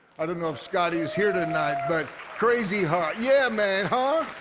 i don't know if scotty's here tonight, but crazy heart. yeah, man. huh?